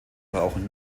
brauchen